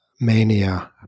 mania